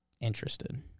Interested